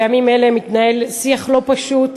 בימים אלה מתנהל שיח לא פשוט,